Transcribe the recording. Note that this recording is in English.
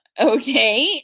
okay